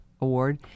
award